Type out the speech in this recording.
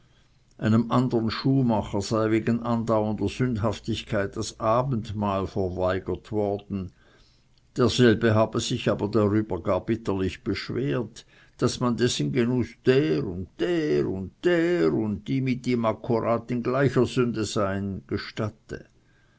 einem andern schuhmacher sei wegen andauernder sündhaftigkeit das abendmahl verweigert worden derselbe habe sich darüber gar bitterlich beschwert daß man dessen genuß der und der und der und die mit ihm akkurat in gleicher sünde seien gestatte